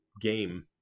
game